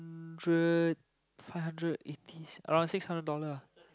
hundred five hundred eighty around six hundred dollars